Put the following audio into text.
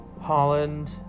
Holland